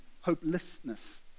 hopelessness